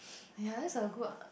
ya this so good ah